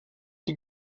die